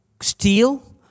steel